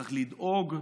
שצריך לדאוג,